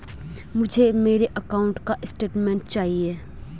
मुझे मेरे अकाउंट का स्टेटमेंट चाहिए?